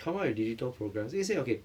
come up with digital programs 因为现在 okay